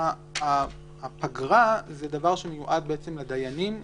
שהפגרה מיועדת לדיינים ולשופטים.